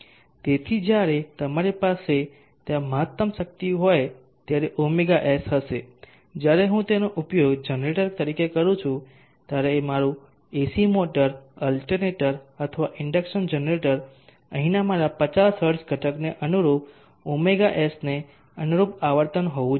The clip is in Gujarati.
તેથી જ્યારે તમારી પાસે ત્યાં મહત્તમ શક્તિ હોય ત્યારે ωs હશે જ્યારે હું તેનો ઉપયોગ જનરેટર તરીકે કરું છું ત્યારે મારું AC મોટર અલ્ટરનેટર અથવા ઇન્ડક્શન જનરેટર અહીંના મારા 50 હર્ટ્ઝ ઘટકને અનુરૂપ ɷs ને અનુરૂપ આવર્તન હોવું જોઈએ